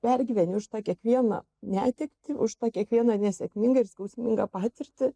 pergyveni už tą kiekvieną netektį už tą kiekvieną nesėkmingą ir skausmingą patirtį